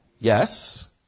Yes